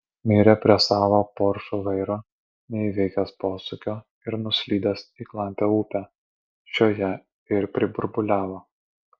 mirė prie savo poršo vairo neįveikęs posūkio ir nuslydęs į klampią upę šioje ir priburbuliavo